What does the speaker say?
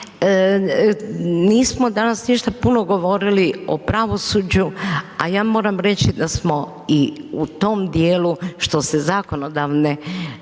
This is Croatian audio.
Nismo danas ništa puno govorili o pravosuđu, a ja moram reći, da smo i u tom dijelu, što se zakonodavne